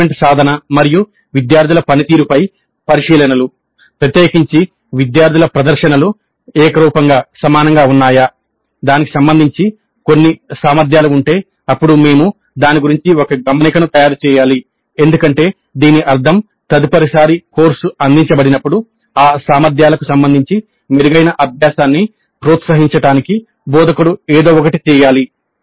assessment సాధన మరియు విద్యార్థుల పనితీరుపై పరిశీలనలు ప్రత్యేకించి విద్యార్థుల ప్రదర్శనలు ఏకరూపంగా సమానంగా ఉన్నాయా దానికి సంబంధించి కొన్ని సామర్థ్యాలు ఉంటే అప్పుడు మేము దాని గురించి ఒక గమనికను తయారుచేయాలి ఎందుకంటే దీని అర్థం తదుపరిసారి కోర్సు అందించ బడినప్పుడు ఆ సామర్థ్యాలకు సంబంధించి మెరుగైన అభ్యాసాన్ని ప్రోత్సహించడానికి బోధకుడు ఏదో ఒకటి చేయాలి